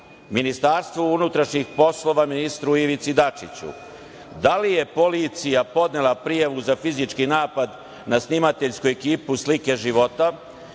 lica? Ministarstvo unutrašnjih poslova, ministru Ivici Dačiću, da li je policija podnela prijavu za fizički napad na snimateljsku ekipu "Slike života"